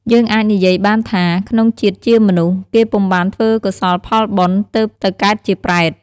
យើងអាចនិយាយបានថា ក្នុងជាតិជាមនុស្ស គេពុំបានធ្វើកុសលផលបុណ្យ ទើបទៅកើតជាប្រេត។